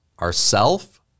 ourself